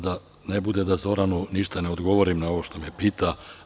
Da ne bude da Zoranu ništa ne odgovorim od ovog što me pita.